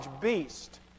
beast